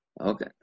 Okay